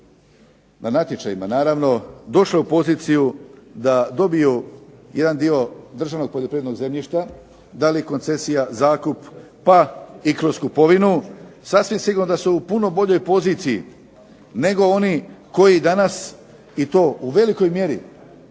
na natječajima došle u poziciju da dobiju jedan dio državnog poljoprivrednog zemljišta, da li koncesija, zakup pa i kroz kupovinu sasvim sigurno da su u puno boljoj poziciji nego oni koji danas i to velikoj mjeri